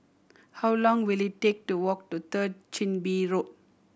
how long will it take to walk to Third Chin Bee Road